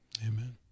Amen